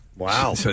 Wow